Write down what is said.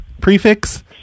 prefix